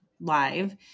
live